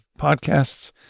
podcasts